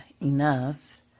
enough